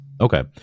Okay